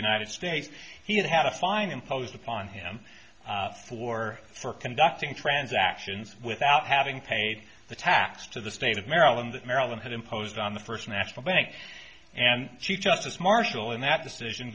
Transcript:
united states he had had a fine imposed upon him for for conducting transactions without having paid the tax to the state of maryland that maryland had imposed on the first national bank and chief justice marshall and that decision